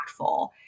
impactful